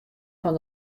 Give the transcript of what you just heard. fan